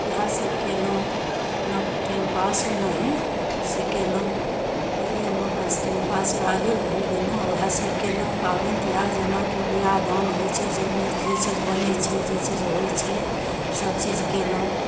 इएहसभ कयलहुँ अपना टाइम पास ओनाही से कयलहुँ ओहिएमे सँ अपन टाइम पास भए गेल भरि दिना उएहसभ कयलहुँ पाबनि तिहार जेनाकि ब्याह दान होइ छै जाहिमे जे चीज बनै छै जे चीज होइ छै सभचीज कयलहुँ